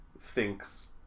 thinks